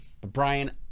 Brian